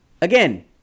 Again